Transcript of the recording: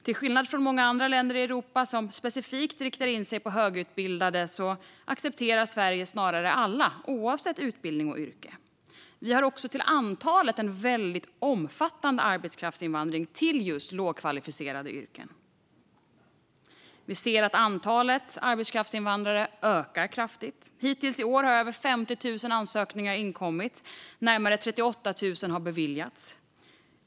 Till skillnad från många andra länder i Europa som specifikt riktar in sig på högutbildade accepterar Sverige alla oavsett utbildning och yrke. Vi har också till antalet en väldigt omfattande arbetskraftsinvandring som gäller just lågkvalificerade yrken. Vi ser att antalet arbetskraftsinvandrare ökar kraftigt. Hittills i år har över 50 000 ansökningar inkommit, och närmare 38 000 har beviljats.